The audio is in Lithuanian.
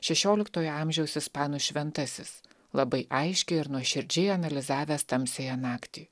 šešioliktojo amžiaus ispanų šventasis labai aiškiai ir nuoširdžiai analizavęs tamsiąją naktį